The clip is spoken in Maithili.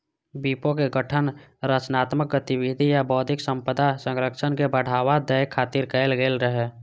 विपो के गठन रचनात्मक गतिविधि आ बौद्धिक संपदा संरक्षण के बढ़ावा दै खातिर कैल गेल रहै